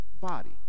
body